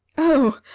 oh,